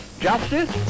justice